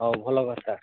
ହଉ ଭଲ କଥା